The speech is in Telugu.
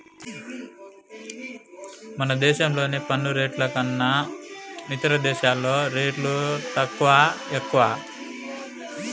మన దేశంలోని పన్ను రేట్లు కన్నా ఇతర దేశాల్లో రేట్లు తక్కువా, ఎక్కువా